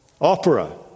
Opera